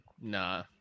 nah